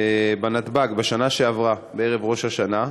בנתב"ג בשנה שעברה בערב ראש השנה,